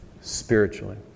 Spiritually